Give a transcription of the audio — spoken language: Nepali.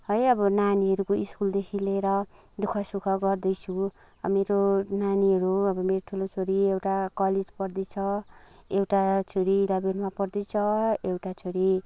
है अब नानीहरूको स्कुलदेखि लिएर दुखः सुख गर्दैछु मेरो नानीहरू अब मेरो ठुलो छोरी एउटा कलेज पढ्दैछ एउटा छोरी इलेभेनमा पढ्दैछ एउटा छोरी